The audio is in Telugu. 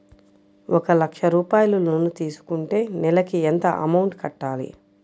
ఒక లక్ష రూపాయిలు లోన్ తీసుకుంటే నెలకి ఎంత అమౌంట్ కట్టాలి?